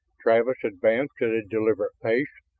travis advanced at a deliberate pace.